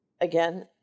again